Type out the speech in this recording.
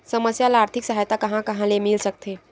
समस्या ल आर्थिक सहायता कहां कहा ले मिल सकथे?